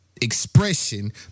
expression